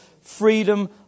freedom